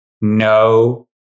no